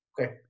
Okay